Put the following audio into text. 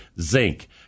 zinc